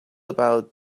about